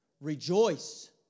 Rejoice